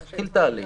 יתחיל תהליך,